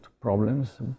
problems